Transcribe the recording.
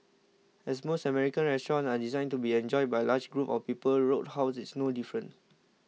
as most American restaurants are designed to be enjoyed by large groups of people Roadhouse is no different